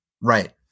Right